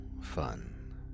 fun